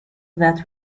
that